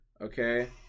okay